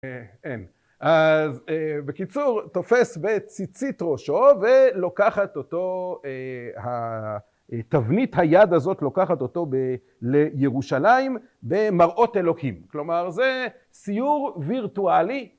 אין. אז בקיצור, תופס בציצית ראשו ולוקחת אותו התבנית היד הזאת לוקחת אותו לירושלים במראות אלוקים. כלומר זה סיור וירטואלי.